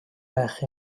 байх